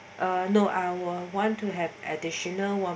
uh no I will want to have additional one